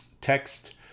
text